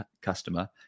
customer